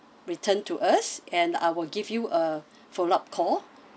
return to us and I will give you a followup call